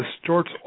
distorts